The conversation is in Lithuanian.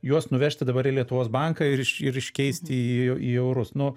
juos nuvežti į lietuvos banką ir iš ir iškeisti į e į eurus nu